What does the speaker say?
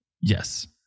Yes